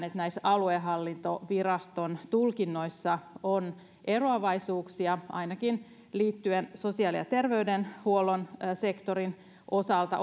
että näissä aluehallintoviraston tulkinnoissa on eroavaisuuksia ainakin liittyen sosiaali ja terveydenhuollon sektorin osalta